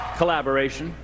collaboration